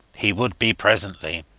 he would be presently.